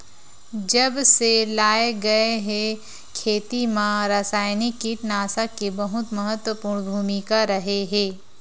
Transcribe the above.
जब से लाए गए हे, खेती मा रासायनिक कीटनाशक के बहुत महत्वपूर्ण भूमिका रहे हे